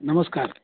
नमस्कार